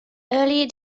early